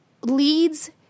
leads